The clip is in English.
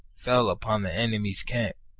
fell upon the enemy's camp,